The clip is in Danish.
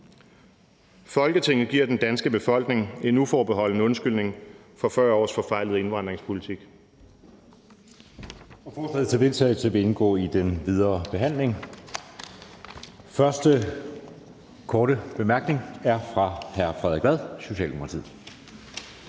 »Folketinget giver den danske befolkning en uforbeholden undskyldning for 40 års forfejlet indvandringspolitik.«